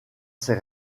ces